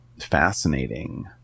fascinating